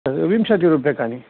तत् विंशतिरूप्यकाणि